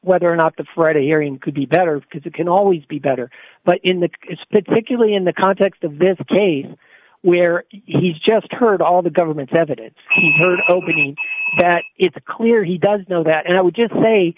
whether or not the friday hearing could be better because it can always be better but in the it's particularly in the context of this case where he's just heard all the government's evidence hoping that it's clear he does know that and i would just say